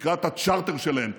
תקרא את הצ'רטר שלהם,